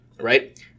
right